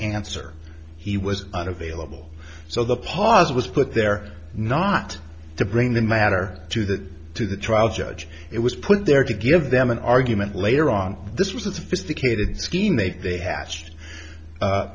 answer he was unavailable so the pause was put there not to bring the matter to the to the trial judge it was put there to give them an argument later on this was a sophisticated scheme they they